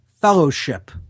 fellowship